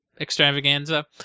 extravaganza